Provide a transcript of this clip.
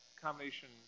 combination